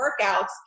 workouts